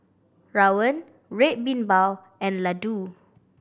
rawon Red Bean Bao and laddu